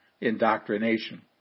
indoctrination